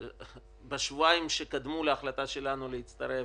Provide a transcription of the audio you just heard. בשבועיים שקדמו להחלטה שלנו להצטרף,